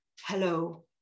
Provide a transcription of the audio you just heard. hello